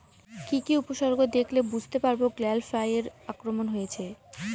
কি কি উপসর্গ দেখলে বুঝতে পারব গ্যাল ফ্লাইয়ের আক্রমণ হয়েছে?